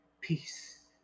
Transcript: Peace